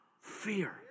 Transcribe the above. fear